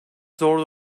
zor